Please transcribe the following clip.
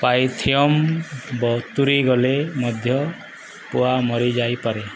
Pythium ବତୁରିଗଲେ ମଧ୍ୟ ପୁଆ ମରିଯାଇପାରେ